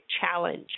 challenge